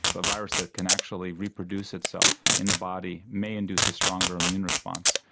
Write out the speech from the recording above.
a virus that can actually reproduce itself in the body may induce a stronger immune response.